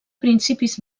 principis